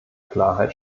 klarheit